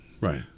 Right